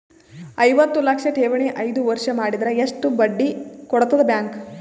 ಐವತ್ತು ಲಕ್ಷ ಠೇವಣಿ ಐದು ವರ್ಷ ಮಾಡಿದರ ಎಷ್ಟ ಬಡ್ಡಿ ಕೊಡತದ ಬ್ಯಾಂಕ್?